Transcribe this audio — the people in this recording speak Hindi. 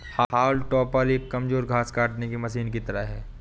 हाउल टॉपर एक कमजोर घास काटने की मशीन की तरह है